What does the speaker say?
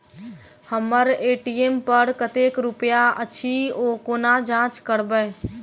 हम्मर ए.टी.एम पर कतेक रुपया अछि, ओ कोना जाँच करबै?